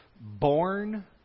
born